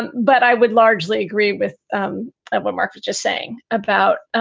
and but i would largely agree with um and what mark was just saying about.